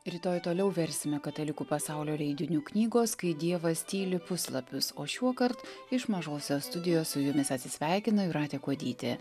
rytoj toliau versime katalikų pasaulio leidinių knygos kai dievas tyli puslapius o šiuokart iš mažosios studijos su jumis atsisveikina jūratė kuodytė